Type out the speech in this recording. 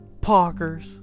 Parker's